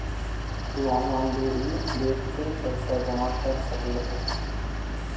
तु ऑनलाइन भी इ बेड के पइसा जमा कर सकऽ हे